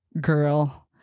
girl